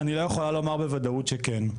אני לא יכולה לומר בוודאות שכן.